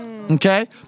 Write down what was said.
Okay